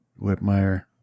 Whitmire